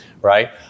Right